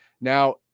Now